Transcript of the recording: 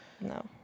no